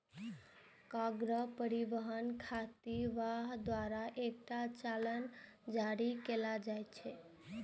cargo परिवहन खातिर वाहक द्वारा एकटा चालान जारी कैल जाइ छै